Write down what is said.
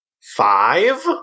five